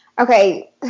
okay